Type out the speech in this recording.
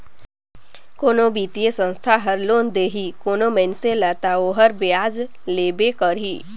कोनो बित्तीय संस्था हर लोन देही कोनो मइनसे ल ता ओहर बियाज लेबे करही